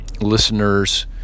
listeners